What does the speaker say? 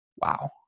Wow